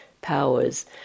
powers